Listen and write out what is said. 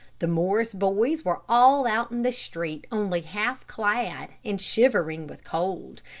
the morris boys were all out in the street only half clad and shivering with cold,